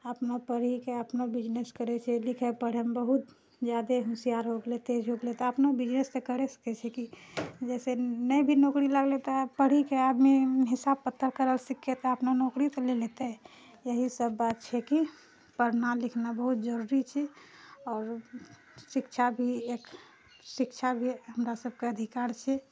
अपनो पढ़िके अपनो बिजनेस करैत छै लिखै पढ़ैमे बहुत जादे होशियार हो गेलै तेज हो गेलै तऽ अपनो बिजनेस करि सकैत छै कि जइसे नहि भी नौकरी लगलै तऽ पढ़िके आदमी हिसाब पतर करल सिखै तऽ अपनो नौकरी तऽ ले लेतै यही सभ बात छै कि पढ़ना लिखना बहुत जरूरी छै आओर शिक्षा भी एक शिक्षा भी हमरा सभकेँ अधिकार छै